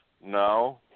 no